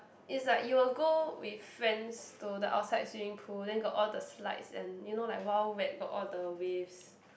it's like you will go with friends to the outside swimming pool then got all the slides and you know like Wild Wild Wet got all the waves